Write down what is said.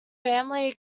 family